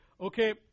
okay